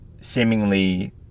seemingly